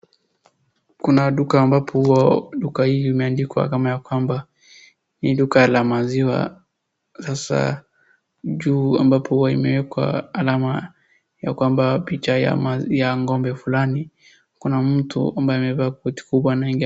Kuna duka ambapo hua duka hii imeandikwa kama ya kwamba ni duka la maziwa. Sasa juu ambapo huwa imewekwa alama ya kwamba picha ya ng'ombe fulani. Kuna mtu ambaye amevaa koti kubwa anaingia.